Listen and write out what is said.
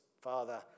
Father